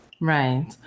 Right